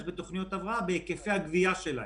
בתוכניות ההבראה תלויות בהיקפי הגבייה שלהם.